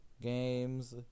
Games